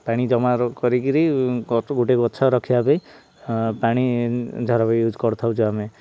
ପାଣି ଜମା କରିକିରି ଗୋଟେ ଗଛ ରଖିବା ପାଇଁ ପାଣି ଝର ବି ୟୁଜ୍ କରିଥାଉଛୁ ଆମେ